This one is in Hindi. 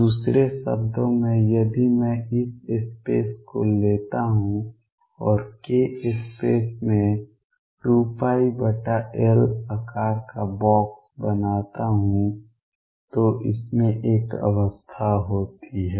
दूसरे शब्दों में यदि मैं इस स्पेस को लेता हूं और k स्पेस में 2πL आकार का बॉक्स बनाता हूं तो इसमें एक अवस्था होती है